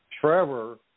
Trevor